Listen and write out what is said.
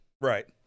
right